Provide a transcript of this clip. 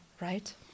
right